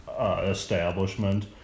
establishment